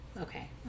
okay